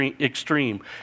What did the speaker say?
extreme